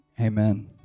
Amen